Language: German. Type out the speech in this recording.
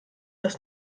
das